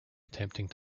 attempting